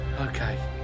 okay